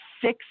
Six